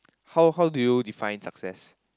how how do you define success